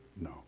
No